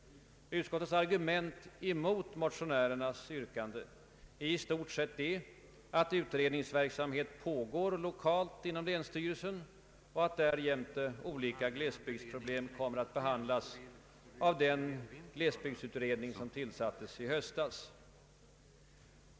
Utskottets argument mot motionärernas yrkande är i stort sett att utredningsverksamhet pågår lokalt inom länsstyrelsen och att därjämte olika glesbygdsproblem kommer att behandlas av den glesbygdsutredning som tillsattes i höstas.